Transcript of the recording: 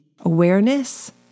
awareness